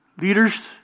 Leaders